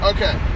Okay